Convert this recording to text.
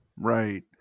right